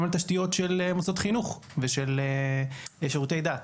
גם על תשתיות של מוסדות חינוך ושל שירותי דת.